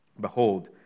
Behold